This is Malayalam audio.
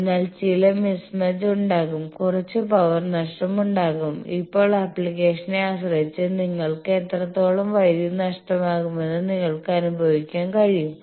അതിനാൽ ചില മിസ്മാച്ച് ഉണ്ടാകും കുറച്ച് പവർ നഷ്ടം ഉണ്ടാകും ഇപ്പോൾ ആപ്ലിക്കേഷനെ ആശ്രയിച്ച് നിങ്ങൾക്ക് എത്രത്തോളം വൈദ്യുതി നഷ്ടമാകുമെന്ന് നിങ്ങൾക്ക് അനുഭവിക്കാൻ കഴിയും